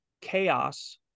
chaos